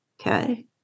Okay